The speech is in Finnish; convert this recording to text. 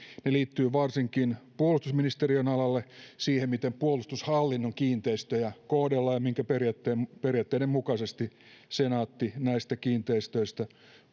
ne liittyvät varsinkin puolustusministeriön alaan siihen miten puolustushallinnon kiinteistöjä kohdellaan ja minkä periaatteiden periaatteiden mukaisesti senaatti näistä kiinteistöistä